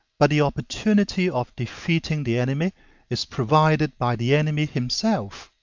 but the opportunity of defeating the enemy is provided by the enemy himself.